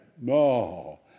No